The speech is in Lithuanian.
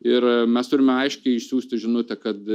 ir mes turime aiškiai išsiųsti žinutę kad